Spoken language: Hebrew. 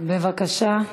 אני עולה.